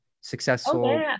successful